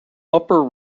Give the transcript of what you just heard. upper